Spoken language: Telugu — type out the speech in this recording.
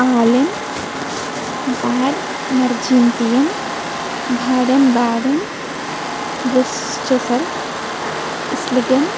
ఆలన్బర్గ్ మార్క్స్హీమ్ బ్యాడన్ బ్యాడన్ బర్స్చేల్ ఇస్లిన్గటం